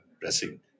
pressing